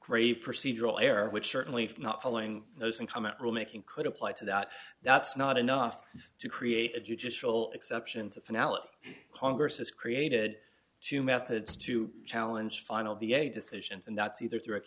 grave procedural error which certainly if not following those and come out rule making could apply to that that's not enough to create a judicial exception to finale and congress has created two methods to challenge final the a decision and that's either direct